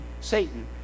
Satan